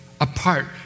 apart